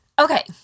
Okay